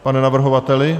Pane navrhovateli?